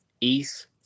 East